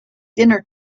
dinner